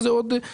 על